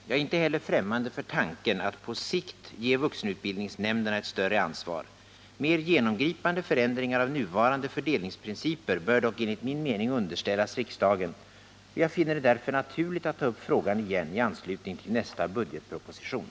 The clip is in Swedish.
Jag är inte heller främmande för tanken att på sikt ge vuxenutbildningsnämnderna ett större ansvar. Mer genomgripande förändringar av nuvarande fördelningsprinciper bör dock enligt min mening underställas riksdagen, och jag finner det därför naturligt att ta upp frågan igen i anslutning till nästa budgetproposition.